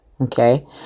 okay